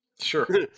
Sure